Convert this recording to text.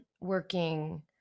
working